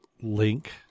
link